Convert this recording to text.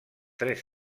tres